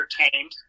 entertained